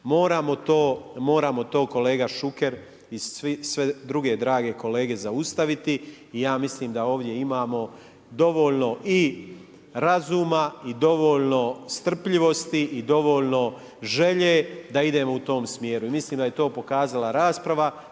Moramo to kolega Šuker i sve druge drage kolege zaustaviti. I ja mislim da ovdje imamo dovoljno i razuma i dovoljno strpljivosti i dovoljno želje da idemo u tom smjeru. I mislim da je to pokazala rasprava,